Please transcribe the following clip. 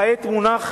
כעת מונח